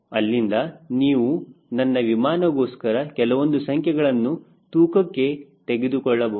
ಅಲ್ಲಿಂದ ನೀವು ನನ್ನ ವಿಮಾನಗೋಸ್ಕರ ಕೆಲವೊಂದು ಸಂಖ್ಯೆಗಳನ್ನು ತೂಕಕ್ಕೆ ತೆಗೆದುಕೊಳ್ಳಬಹುದು